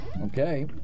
Okay